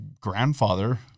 grandfather